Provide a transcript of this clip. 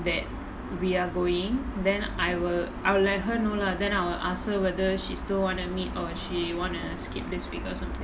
that we're going then I will I'll let her know lah then I'll ask her whether she still wanna meet or she want to skip this week or something